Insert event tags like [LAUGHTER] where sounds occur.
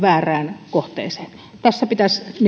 [UNINTELLIGIBLE] väärään kohteeseen pitäisi